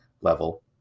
level